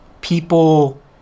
people